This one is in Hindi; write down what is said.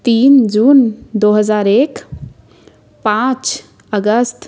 तीन जून दो हज़ार एक पाँच अगस्त